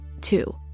Two